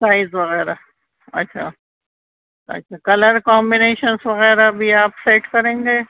size وغیرہ اچھا اچھا کلر کامبینیشنس وغیرہ بھی آپ سیٹ کریں گے